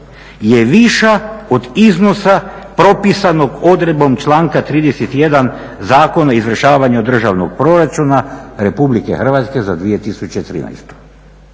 je viša od iznosa propisanog odredbom članka 31. Zakona o izvršavanju Državnog proračuna RH za 2013.